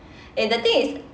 eh the thing is